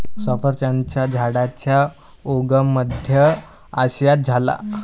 सफरचंदाच्या झाडाचा उगम मध्य आशियात झाला